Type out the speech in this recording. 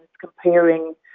comparing